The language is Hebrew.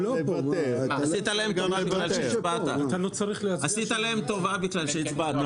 עשית להם טובה בכלל שהצבעת.